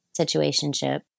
Situationship